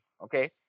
okay